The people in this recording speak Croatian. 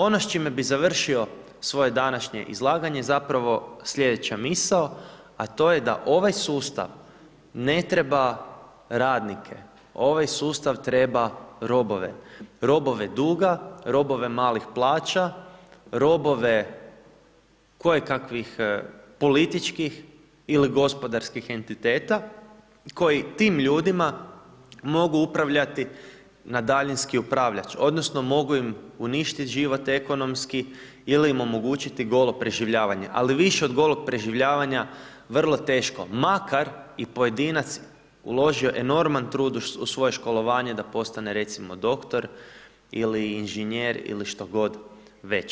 Ono s čime bi završio svoje današnje izlaganje zapravo slijedeća misao, a to je da ovaj sustav ne treba radnike ovaj sustav treba robove, robove duga, robove malih plaća, robove kojekakvih političkih ili gospodarskih entiteta koji tim ljudima mogu upravljati na daljinski upravljač odnosno mogu im uništit život ekonomski ili im omogućiti golo preživljavanje, ali više od golog preživljavanja vrlo teško, makar i pojedinac uložio enorman trud u svoje školovanje da postane, recimo doktor ili inženjer ili što god već.